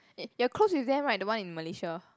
y~ you're close with them right the one in Malaysia